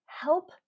help